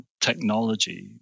technology